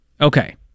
Okay